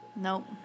Nope